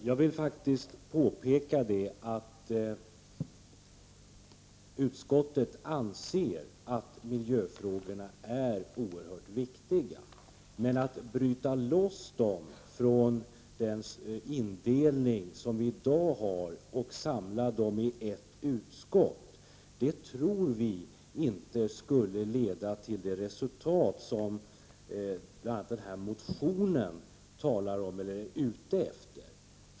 Jag vill faktiskt påpeka att utskottet anser att miljöfrågorna är oerhört viktiga, men att bryta loss dem och avstå från den indelning som vi i dag har och samla dem i ett utskott, tror vi inte skulle leda till det resultat som eftersträvas i bl.a. motionen.